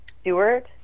Stewart